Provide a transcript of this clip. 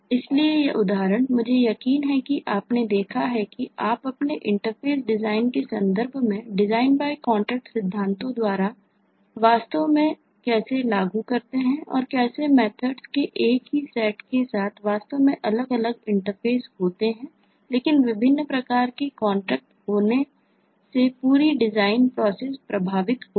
इसलिए यह उदाहरण मुझे यकीन है कि आपने देखा है कि आप अपने इंटरफ़ेस डिज़ाइन के संदर्भ में डिजाइन बाय कॉन्ट्रैक्ट प्रभावित होगी